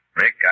Rick